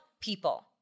people